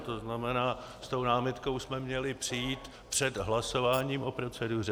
To znamená, s tou námitkou jsme měli přijít před hlasováním o proceduře.